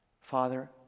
Father